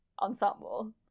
ensemble